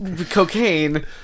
cocaine